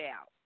out